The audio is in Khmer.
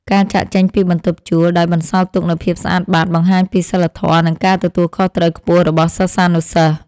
ការចាកចេញពីបន្ទប់ជួលដោយបន្សល់ទុកនូវភាពស្អាតបាតបង្ហាញពីសីលធម៌និងការទទួលខុសត្រូវខ្ពស់របស់សិស្សានុសិស្ស។